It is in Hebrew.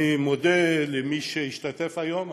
אני מודה למי שהשתתף היום.